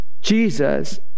Jesus